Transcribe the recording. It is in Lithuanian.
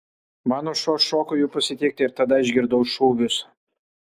mano šuo šoko jų pasitikti ir tada išgirdau šūvius